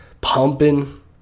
pumping